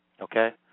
Okay